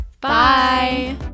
Bye